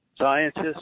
scientists